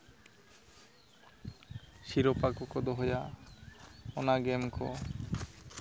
ᱥᱤᱨᱳᱯᱟ ᱠᱚᱠᱚ ᱫᱚᱦᱚᱭᱟ ᱚᱱᱟ ᱜᱮᱢ ᱠᱚ